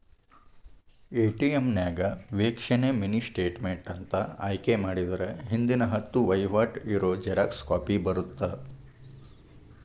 ATM ನ್ಯಾಗ ವೇಕ್ಷಣೆ mini statement ಅಂತ ಆಯ್ಕೆ ಮಾಡಿದ್ರ ಹಿಂದಿನ ಹತ್ತ ವಹಿವಾಟ್ ಇರೋ ಜೆರಾಕ್ಸ್ ಕಾಪಿ ಬರತ್ತಾ